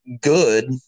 good